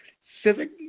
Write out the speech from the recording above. civic